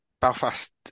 Belfast